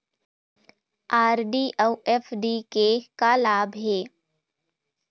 RD अऊ FD के का लाभ हे?